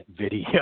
video